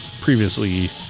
previously